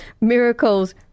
miracles